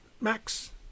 Max